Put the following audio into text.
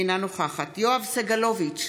אינה נוכחת יואב סגלוביץ'